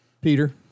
Peter